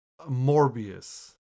Morbius